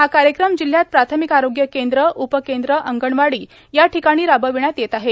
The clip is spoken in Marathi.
हा कार्यक्रम जिल्ह्यात प्राथमिक आरोग्य केंद्रए उपकेंद्रए अंगणवाडी या ठिकाणी राबविण्यात येत आहे